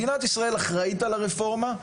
מדינת ישראל אחראית על הרפורמה,